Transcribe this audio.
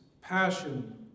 passion